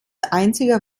einzige